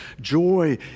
Joy